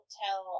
tell